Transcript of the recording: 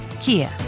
Kia